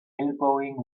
elbowing